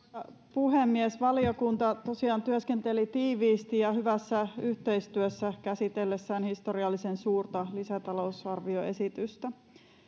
puhemies valiokunta tosiaan työskenteli tiiviisti ja hyvässä yhteistyössä käsitellessään historiallisen suurta lisätalousarvioesitystä